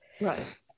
right